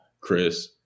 Chris